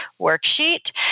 worksheet